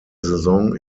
saison